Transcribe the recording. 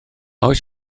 oes